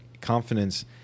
confidence